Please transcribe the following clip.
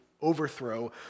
overthrow